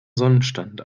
sonnenstand